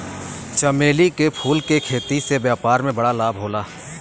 चमेली के फूल के खेती से व्यापार में बड़ा लाभ होला